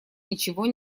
ничего